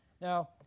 Now